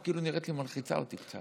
את נראית כאילו את מלחיצה אותי קצת.